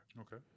Okay